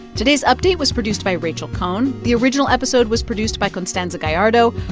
today's update was produced by rachel cohn. the original episode was produced by constanza gallardo.